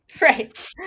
Right